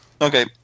Okay